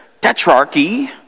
Tetrarchy